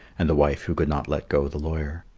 and the wife who could not let go the lawyer.